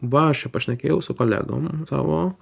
va aš čia pašnekėjau su kolegom savo